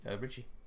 Richie